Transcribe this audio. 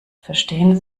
verstehen